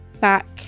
back